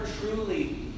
truly